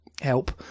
Help